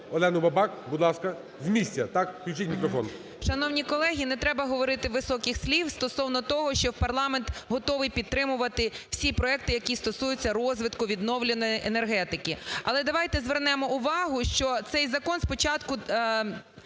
Олену Бабак. Будь ласка, з місця так? Включіть мікрофон. 16:23:20 БАБАК А.В. Шановні колеги! Не треба говорити високих слів стосовно того, що парламент готовий підтримувати всі проекти, які стосуються розвитку відновлювальної енергетики. Але давайте звернемо увагу, що цей закон спочатку,